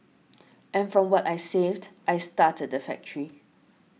and from what I saved I started the factory